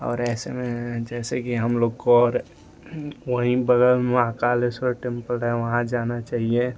और ऐसे में जैसे कि हमलोग को और वहीं बगल में महाकालेश्वर टेम्पल है वहाँ जाना चाहिए